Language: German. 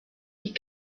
die